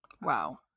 Wow